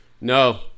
No